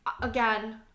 again